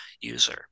user